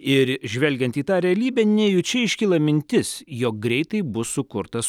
ir žvelgiant į tą realybę nejučia iškyla mintis jog greitai bus sukurtas